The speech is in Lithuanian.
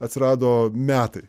atsirado metai